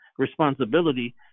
responsibility